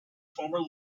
former